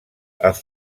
els